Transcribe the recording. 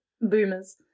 Boomers